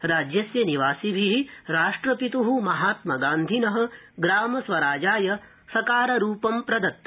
राजस्य निवासिभि राष्ट्रपित् महात्मगांधिन ग्रामस्वराजाय सकाररूपं प्रदत्तम्